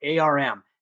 ARM